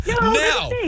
now